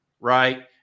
right